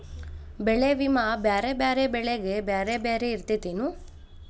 ಬೆಳೆ ವಿಮಾ ಬ್ಯಾರೆ ಬ್ಯಾರೆ ಬೆಳೆಗೆ ಬ್ಯಾರೆ ಬ್ಯಾರೆ ಇರ್ತೇತೆನು?